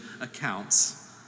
accounts